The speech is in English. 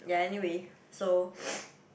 ya anyway so